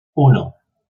uno